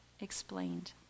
explained